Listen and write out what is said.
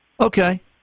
Okay